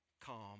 calm